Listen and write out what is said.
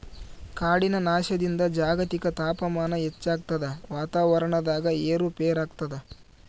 ಕಾಡಿನ ನಾಶದಿಂದ ಜಾಗತಿಕ ತಾಪಮಾನ ಹೆಚ್ಚಾಗ್ತದ ವಾತಾವರಣದಾಗ ಏರು ಪೇರಾಗ್ತದ